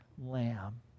lamb